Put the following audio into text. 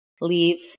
leave